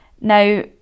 Now